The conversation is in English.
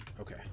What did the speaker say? Okay